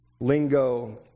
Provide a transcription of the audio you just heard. lingo